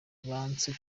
banse